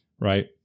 right